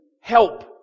help